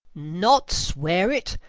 not swear it,